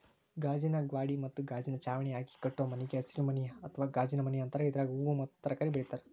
ಗಾಜಿನ ಗ್ವಾಡಿ ಮತ್ತ ಗಾಜಿನ ಚಾವಣಿ ಹಾಕಿ ಕಟ್ಟೋ ಮನಿಗೆ ಹಸಿರುಮನಿ ಅತ್ವಾ ಗಾಜಿನಮನಿ ಅಂತಾರ, ಇದ್ರಾಗ ಹೂವು ಮತ್ತ ತರಕಾರಿ ಬೆಳೇತಾರ